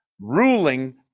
ruling